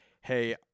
hey